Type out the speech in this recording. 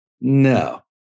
No